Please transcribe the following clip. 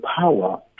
power